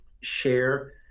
share